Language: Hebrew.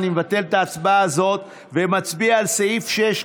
אני מבטל את ההצבעה הזאת ומצביע על סעיף 6,